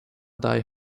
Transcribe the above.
die